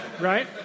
Right